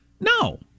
No